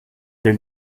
del